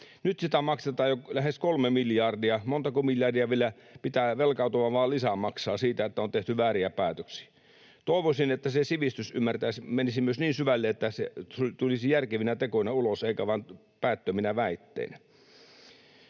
Nyt sitä maksetaan jo lähes kolme miljardia. Montako miljardia vielä pitää velkaantua ja lisää maksaa siitä, että on tehty vääriä päätöksiä. Toivoisin, että se sivistys menisi myös niin syvälle, että se tulisi järkevinä tekoina ulos eikä vain päättöminä väitteinä.